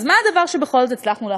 אז מה הדבר שבכל זאת הצלחנו להכניס?